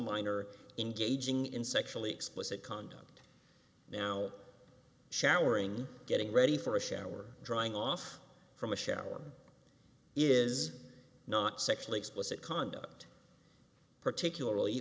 minor engaging in sexually explicit conduct now showering getting ready for a shower drying off from a shower is not sexually explicit conduct particularly